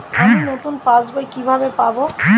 আমি নতুন passbook কিভাবে পাব?